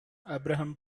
abraham